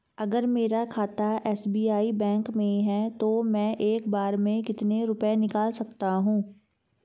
अगर मेरा खाता एस.बी.आई बैंक में है तो मैं एक बार में कितने रुपए निकाल सकता हूँ?